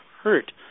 hurt